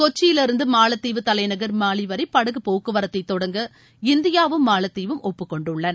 கொச்சியிலிருந்து மாலத்தீவு தலைநகர் மாலி வரை படகு போக்குவரத்தை தொடங்க இந்தியாவும் மாலத்தீவும் ஒப்புக்கொண்டுள்ளன